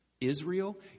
Israel